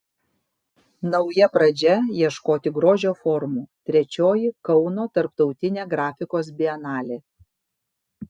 nauja pradžia ieškoti grožio formų trečioji kauno tarptautinė grafikos bienalė